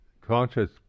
conscious